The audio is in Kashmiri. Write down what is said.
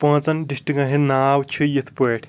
پانٛژَن ڈِسٹرکَن ہٕنٛدۍ ناو چھِ یِتھ پٲٹھۍ